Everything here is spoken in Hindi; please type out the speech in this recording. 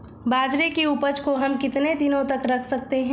बाजरे की उपज को हम कितने दिनों तक रख सकते हैं?